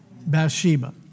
Bathsheba